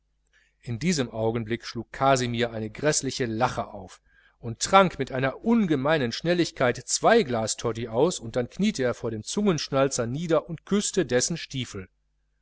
in diesem augenblicke schlug kasimir eine gräßliche lache auf und trank mit einer ungemeinen schnelligkeit zwei glas toddy aus dann kniete er vor dem zungenschnalzer nieder und küßte dessen stiefel